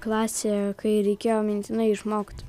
klasėje kai reikėjo mintinai išmokt